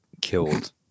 killed